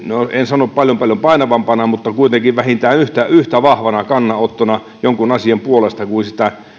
sano paljon paljon painavampana mutta kuitenkin vähintään yhtä yhtä vahvana kannanottona jonkun asian puolesta kuin